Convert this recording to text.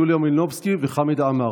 יוליה מלינובסקי וחמד עמאר.